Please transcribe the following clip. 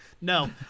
No